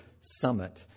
Summit